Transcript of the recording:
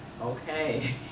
Okay